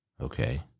Okay